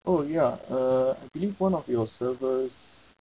oh ya uh I believe one of your servers